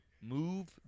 Move